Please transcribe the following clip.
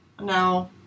No